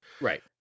Right